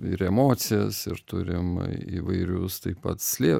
ir emocijas ir turim įvairius taip pat slė